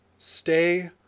Stay